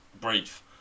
brief